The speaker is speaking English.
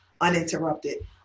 uninterrupted